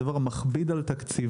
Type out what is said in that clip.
הדבר הזה מכביד על תקציבן,